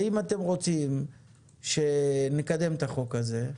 ואם אתם רוצים שנקדם את החוק הזה,